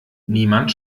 niemand